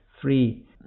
three